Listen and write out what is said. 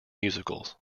musicals